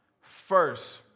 first